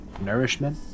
nourishment